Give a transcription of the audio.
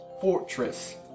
fortress